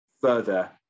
further